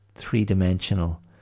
three-dimensional